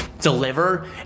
deliver